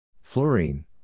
fluorine